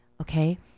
Okay